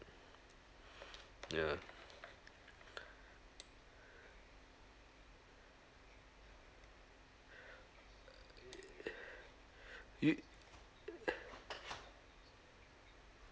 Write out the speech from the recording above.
yeah you